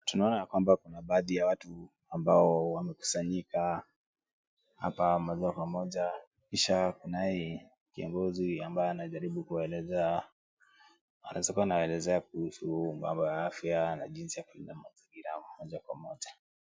Tunaona ya kwamba kuna baadhi ya watu ambao wamekusanyika hapa moja kwa moja, ishara kunaye kiongozi ambaye anajaribu kuwaelezea . Anaweza kuwa anawaelezea kuhusu mambo ya afya na jinsi ya kulinda mazingira moja kwa moja.